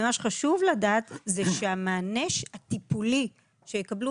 מה שחשוב לדעת זה שהמענה הטיפולי שהם יקבלו